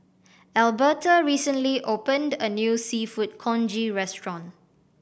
Elberta recently opened a new Seafood Congee restaurant